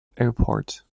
airport